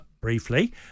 briefly